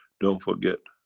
don't forget,